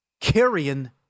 carrying